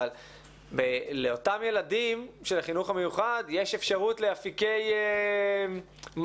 אבל לאותם ילדים של החינוך המיוחד יש אפשרות לאפיקי מענים,